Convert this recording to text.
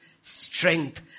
strength